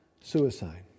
suicide